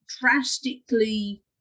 drastically